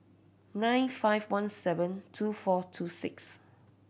nine five one seven two four two six